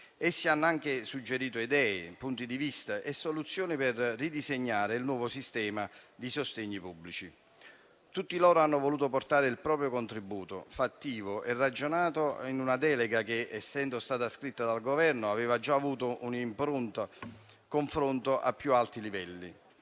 Essi hanno anche suggerito idee, punti di vista e soluzioni per ridisegnare il nuovo sistema di sostegni pubblici. Tutti hanno voluto portare il proprio contributo fattivo e ragionato in una delega che, essendo stata scritta dal Governo, aveva già avuto un'impronta e un confronto a più alti livelli.